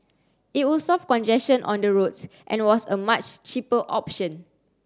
it would solve congestion on the roads and was a much cheaper option